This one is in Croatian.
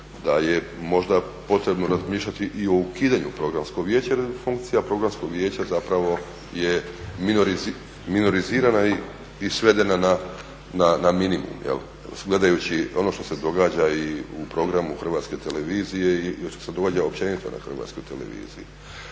da je možda potrebno razmišljati i o ukidanju Programskog vijeća, … funkcija Programskog vijeća je minorizirana i svedena na minimum, gledajući ono što se događa i u programu HT-a i što se događa općenito na HT-u. Evo,